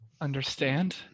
understand